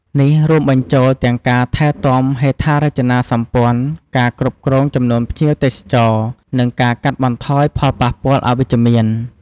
នេះរួមបញ្ចូលទាំងការថែទាំហេដ្ឋារចនាសម្ព័ន្ធ ការគ្រប់គ្រងចំនួនភ្ញៀវទេសចរ និងការកាត់បន្ថយផលប៉ះពាល់អវិជ្ជមាន។